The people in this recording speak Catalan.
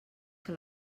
que